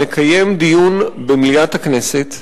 נקיים דיון במליאת הכנסת,